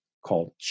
called